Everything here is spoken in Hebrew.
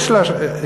יש לה ילד,